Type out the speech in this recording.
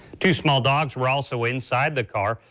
two small dogs were also inside the car.